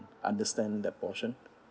understand that portion